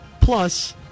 plus